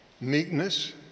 meekness